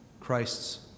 Christ's